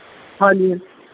ਹਾਂਜੀ